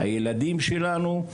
הילדים שלנו,